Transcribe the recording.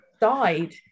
died